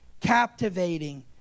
captivating